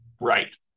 right